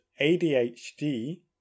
ADHD